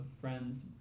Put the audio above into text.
friends